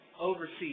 overseas